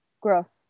gross